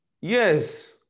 yes